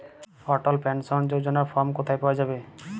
অটল pension যোজনার form কোথায় পাওয়া যাবে?